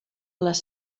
les